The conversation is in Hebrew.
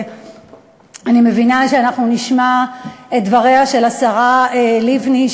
אני מבינה שאנחנו נשמע את דבריה של השרה לבני,